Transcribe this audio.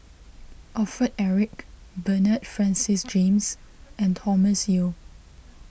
Alfred Eric Bernard Francis James and Thomas Yeo